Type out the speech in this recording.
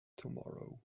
tomorrow